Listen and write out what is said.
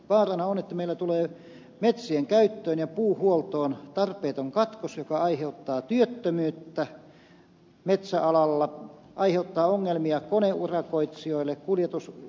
vaarana on että meillä tulee metsien käyttöön ja puuhuoltoon tarpeeton katkos joka aiheuttaa työttömyyttä metsäalalla aiheuttaa ongelmia koneurakoitsijoille kuljetusurakoitsijoille